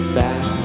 back